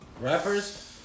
Rappers